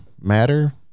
matter